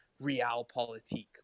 realpolitik